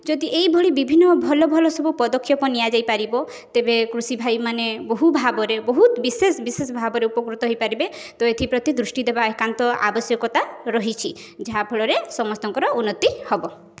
ଯଦି ଏଇଭଳି ବିଭିନ୍ନ ଭଲ ଭଲ ସବୁ ପଦକ୍ଷେପ ନିଆଯାଇ ପାରିବ ତେବେ କୃଷି ଭାଇମାନେ ବହୁ ଭାବରେ ବହୁତ ବିଶେଷ ବିଶେଷ ଭାବରେ ଉପକୃତ ହେଇପାରିବେ ତ ଏଥିପ୍ରତି ଦୃଷ୍ଟିଦେବା ଏକାନ୍ତ ଆବଶ୍ୟକତା ରହିଛି ଯାହା ଫଳରେ ସମସ୍ତଙ୍କର ଉନ୍ନତି ହେବ